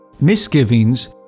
misgivings